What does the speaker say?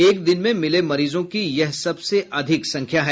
एक दिन में मिले मरीजों की यह सबसे अधिक संख्या है